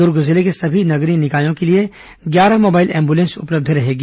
दुर्ग जिले के सभी नगरीय निकायों के लिए ग्यारह मोबाइल एम्बुलेंस उपलब्ध रहेगी